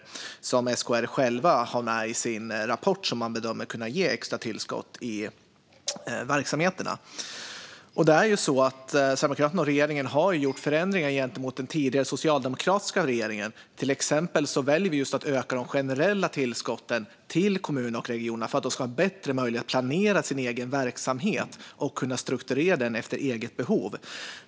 Detta finns med i SKR:s egen rapport, och man bedömer att det kommer att kunna ge extra tillskott i verksamheterna. Sverigedemokraterna och regeringen har gjort förändringar gentemot den tidigare socialdemokratiska regeringen. Vi väljer till exempel att öka de generella tillskotten till kommunerna och regionerna för att de ska ha bättre möjlighet att planera sin egen verksamhet och strukturera den efter eget behov.